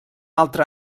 altre